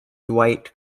dwight